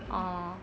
orh